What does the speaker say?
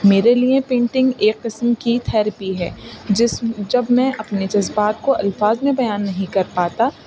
میرے لیے پینٹنگ ایک قسم کی تھیرپی ہے جس جب میں اپنے جذبات کو الفاظ میں بیان نہیں کر پاتا